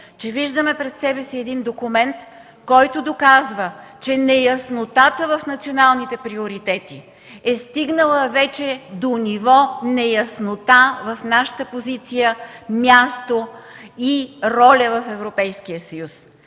че виждаме пред себе си един документ, който доказва, че неяснотата в националните приоритети е стигнала вече до ниво неяснота в нашата позиция, място и роля в Европейския съюз.